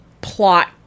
plot